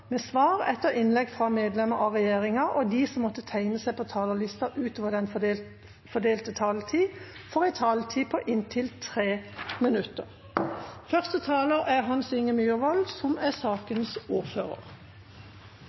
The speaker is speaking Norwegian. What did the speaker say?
med svar etter innlegg fra medlem av regjeringen, og de som måtte tegne seg på talerlisten utover den fordelte taletid, får også en taletid på inntil 3 minutter. Første taler Siv Mossleth, som er sakens ordfører.